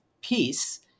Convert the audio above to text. peace